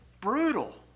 brutal